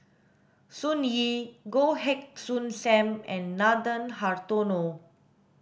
Sun Yee Goh Heng Soon Sam and Nathan Hartono